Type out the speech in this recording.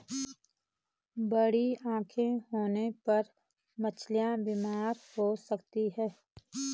बड़ी आंखें होने पर मछली बीमार हो सकती है